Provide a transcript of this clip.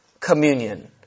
Communion